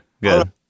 Good